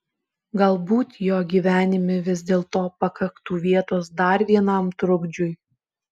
galbūt jo gyvenime vis dėlto pakaktų vietos dar vienam trukdžiui